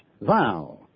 vow